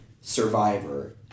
Survivor